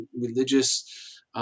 religious